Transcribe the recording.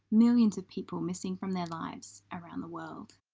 millions of people missing from their lives around the world.